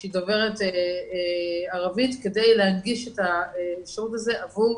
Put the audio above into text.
שהיא דוברת ערבית כדי להנגיש את השירות הזה עבור